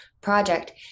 project